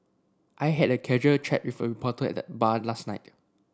I had a casual chat with a reporter at the bar last night